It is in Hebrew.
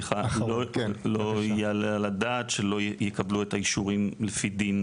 לא יעלה על הדעת שלא יקבלו את האישורים לפי דין,